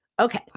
Okay